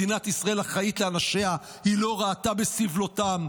מדינת ישראל אחראית לאנשיה, היא לא ראתה בסבלֹתם.